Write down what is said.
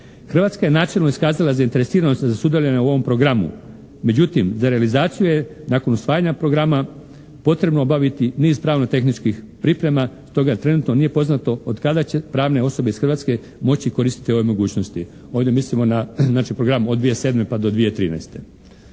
Hrvatska je načelno iskazala zainteresiranost za sudjelovanje u ovom programu. Međutim za realizaciju je nakon usvajanja programa potrebno obaviti niz pravno tehničkih priprema stoga trenutno nije poznato od kada će pravne osobe iz Hrvatske moći koristiti ove mogućnosti. Ovdje mislimo na znači program od 2007. pa do 2013.